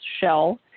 shell